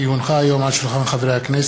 כי הונחה היום על שולחן הכנסת,